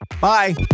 Bye